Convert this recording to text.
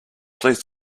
please